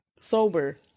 Sober